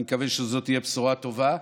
אני מקווה שזו תהיה בשורה טובה,